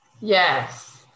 yes